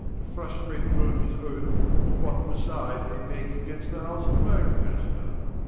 to frustrate both his oath, and what beside may make against the house of lancaster.